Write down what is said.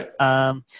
Right